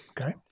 okay